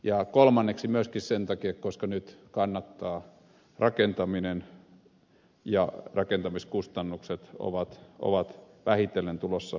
ja kolmanneksi myöskin sen takia että nyt rakentaminen kannattaa ja rakentamiskustannukset ovat vähitellen tulossa alaspäin